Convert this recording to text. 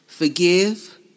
Forgive